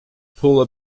pull